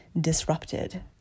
disrupted